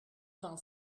vingt